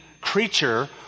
creature